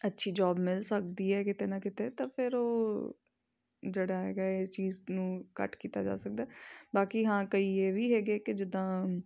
ਅੱਛੀ ਜੋਬ ਮਿਲ ਸਕਦੀ ਹੈ ਕਿਤੇ ਨਾ ਕਿਤੇ ਤਾਂ ਫਿਰ ਉਹ ਜਿਹੜਾ ਹੈਗਾ ਇਹ ਚੀਜ਼ ਨੂੰ ਘੱਟ ਕੀਤਾ ਜਾ ਸਕਦਾ ਬਾਕੀ ਹਾਂ ਕਈ ਇਹ ਵੀ ਹੈਗੇ ਕਿ ਜਿੱਦਾਂ